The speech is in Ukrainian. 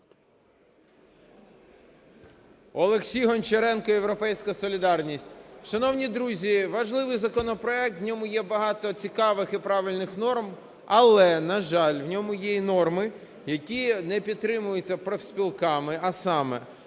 Олексій Гончаренко, "Європейська солідарність". Шановні друзі, важливий законопроект, в ньому є багато цікавих і правильних норм, але, на жаль, в ньому є і норми, які не підтримуються профспілками, а саме